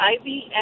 ivy